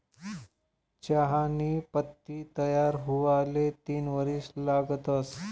चहानी पत्ती तयार हुवाले तीन वरीस लागतंस